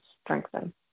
strengthen